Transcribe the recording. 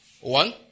One